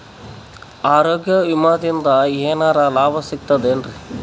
ಆರೋಗ್ಯ ವಿಮಾದಿಂದ ಏನರ್ ಲಾಭ ಸಿಗತದೇನ್ರಿ?